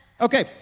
okay